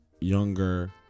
younger